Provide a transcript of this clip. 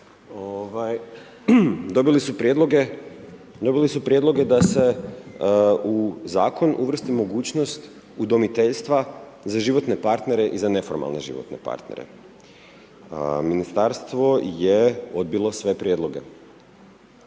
Dobili su prijedloge da se u Zakon uvrsti mogućnost udomiteljstva za životne partnere i za neformalne životne partnere. Ministarstvo je odbilo sve prijedloge.